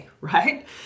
right